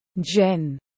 Jen